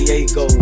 Diego